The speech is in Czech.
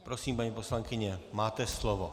Prosím, paní poslankyně, máte slovo.